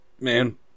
man